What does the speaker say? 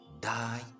die